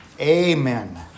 Amen